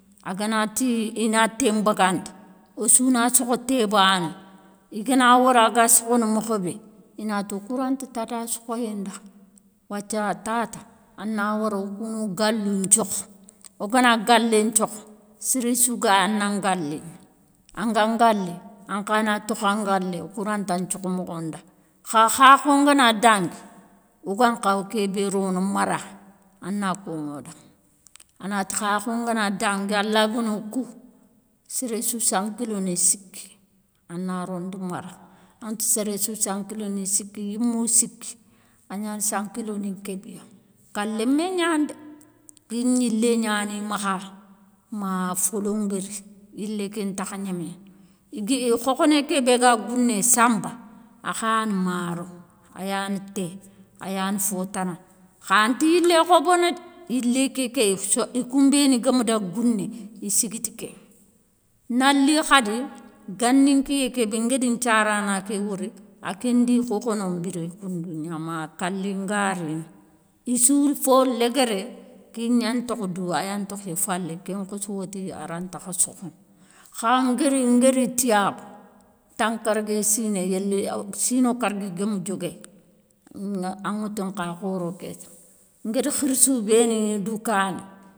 A ganati i na té nbagandi ossouna sokho té bané, i gana wori a ga sokhono mokho bé, inati wokou ranta tata sokhoyén da wathia tata a nawara wokouno galou nthiokho, wogana galé nthiokho séré sou gaya a nan galé gna, anga ngalé ankha na tokha ngalé wokou ranta nthiokho mokho nda. Kha khakho ngana dangui, wo gan khawa ké bé rono mara, ana koŋo da, anati khakho ngana dangui, ala gano kou séréssou sankiloni sikki ana, rondi mara, aŋatou séré sou sankiloni sikki yimou siki agnana sankiloni kébiya, ka lémé gnana dé. Kén gnilé gnani makha, ma folo ngari yilé ké ntakha gnéméné, gui éé khokhoné ké bé ga gouné samba a khani maro, a yani té a yani fo tana. kha anta yilé khobono dé, yilé kéké i kounbéni gama daga gouné, i sigiti kéŋa nali khadi, gani nkiyé kébé ngadi nthiarana ké wori a kendi khokhono nbiré koundougna, ma kalé nga rini i sou di fo léguéré kégnan ntokho dou a yan tokhi falé kén khossi wotti a rantakha sokhono, kha ngari ngari tiyabou, tangarké siné yéli sino kargui gama dioguéyi. A ŋa tou nkha khoro kéta ngada khirssou bé ni gni dou kané.